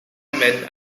men